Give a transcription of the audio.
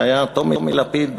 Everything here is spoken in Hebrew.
היה טומי לפיד,